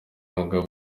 mugabo